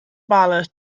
ballot